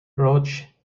roach